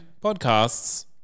podcasts